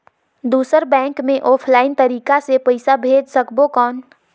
दुसर बैंक मे ऑफलाइन तरीका से पइसा भेज सकबो कौन?